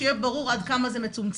שיהיה ברור עד כמה זה מצומצם.